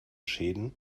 schäden